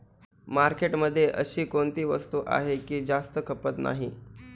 मार्केटमध्ये अशी कोणती वस्तू आहे की जास्त खपत नाही?